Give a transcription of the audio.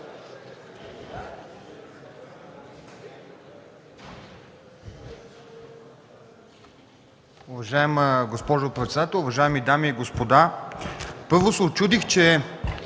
Уважаема госпожо председател, уважаеми дами и господа, първо се учудих, че